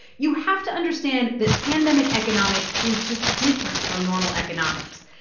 you have to understand that pandemic economics is just different from normal economics.